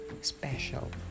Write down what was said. special